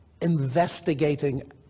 investigating